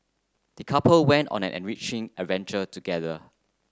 the couple went on an enriching adventure together